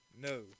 No